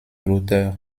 l’auteure